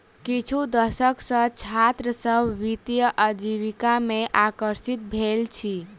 किछु दशक सॅ छात्र सभ वित्तीय आजीविका में आकर्षित भेल अछि